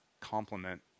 complement